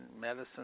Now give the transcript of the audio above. medicine